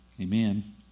Amen